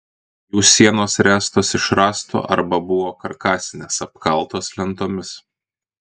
jų sienos ręstos iš rąstų arba buvo karkasinės apkaltos lentomis